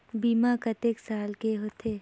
बीमा कतेक साल के होथे?